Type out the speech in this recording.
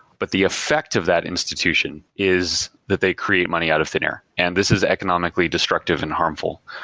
but the effect of that institution is that they create money out of thin air, and this is economically destructive and harmful.